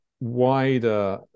wider